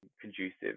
conducive